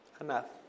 Enough